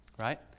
Right